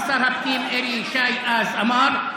ושר הפנים אלי ישי אז אמר: